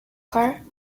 car